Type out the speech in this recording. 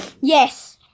Yes